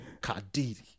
Kadiri